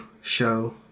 show